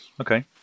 okay